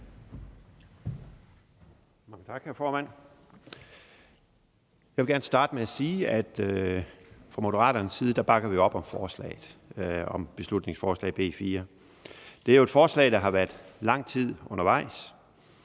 Mange tak, hr. formand. Jeg vil gerne starte med at sige, at vi fra Moderaternes side bakker op om beslutningsforslag B 4. Det er jo et forslag, der har været lang tid undervejs,